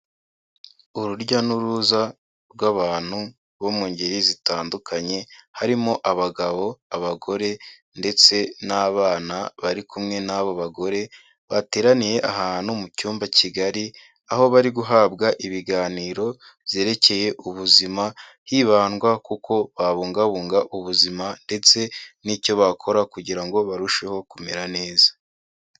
Urujya n'uruza rw'abantu bo mu ngeri zitandukanye, harimo abagabo, abagore ndetse n'abana bari kumwe n'abo bagore bateraniye ahantu mu cyumba kigari, aho bari guhabwa ibiganiro byerekeye ubuzima hibandwa k'uko babungabunga ubuzima ndetse n'icyo bakora kugira ngo barusheho kumera neza.